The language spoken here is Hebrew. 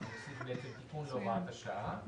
אנחנו נוסיף תיקון להוראת השעה.